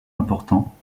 importants